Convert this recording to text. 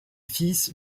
fils